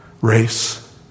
race